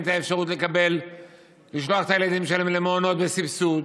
אפשרות לשלוח אל הילדים שלהם למעונות בסבסוד.